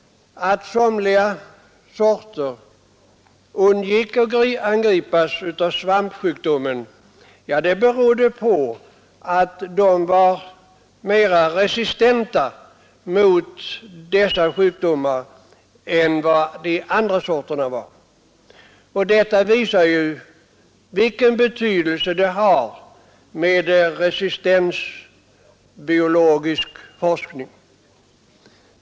Att somliga sorter undgick att angripas av svampsjukdomen berodde på att de var mera resistenta mot densamma än andra. Detta visar vilken betydelse resistensforskningen har.